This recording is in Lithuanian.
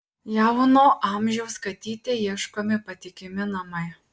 jauno amžiaus katytei ieškomi patikimi namai